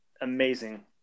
amazing